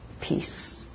peace